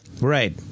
Right